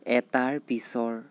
এটাৰ পিছৰ